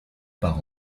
par